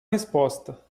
resposta